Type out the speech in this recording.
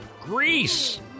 Greece